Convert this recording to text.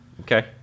Okay